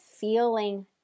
feeling